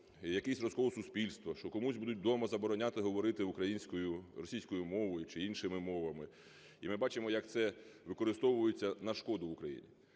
якийсь розкол суспільства, що комусь будуть дома забороняти говорити українською, російською мовою чи іншими мовами. І ми бачимо, як це використовується на шкоду Україні.